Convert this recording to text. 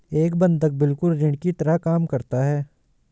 एक बंधक बिल्कुल ऋण की तरह काम करता है